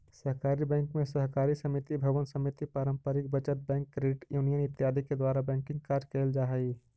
सहकारी बैंक में सहकारी समिति भवन समिति पारंपरिक बचत बैंक क्रेडिट यूनियन इत्यादि के द्वारा बैंकिंग कार्य कैल जा हइ